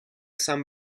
san